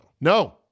No